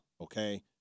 okay